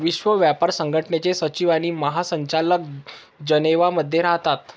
विश्व व्यापार संघटनेचे सचिव आणि महासंचालक जनेवा मध्ये राहतात